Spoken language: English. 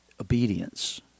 Obedience